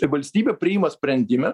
valstybė priima sprendimą